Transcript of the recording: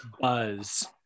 buzz